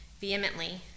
vehemently